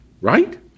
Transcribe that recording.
Right